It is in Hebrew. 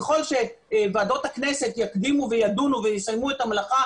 ככל שוועדות הכנסת יקדימו וידונו ויסיימו את המלאכה,